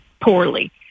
poorly